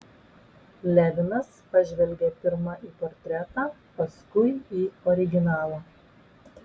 levinas pažvelgė pirma į portretą paskui į originalą